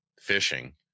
fishing